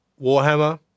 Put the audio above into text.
Warhammer